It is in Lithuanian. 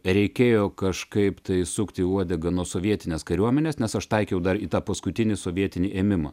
reikėjo kažkaip tai sukti uodegą nuo sovietinės kariuomenės nes aš taikiau dar į tą paskutinį sovietinį ėmimą